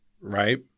right